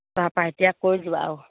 তাৰপৰা এতিয়া কৈ যোৱা আৰু